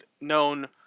known